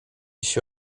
się